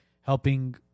helping